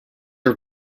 are